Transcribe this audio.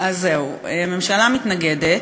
אז זהו, הממשלה מתנגדת.